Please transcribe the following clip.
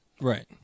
Right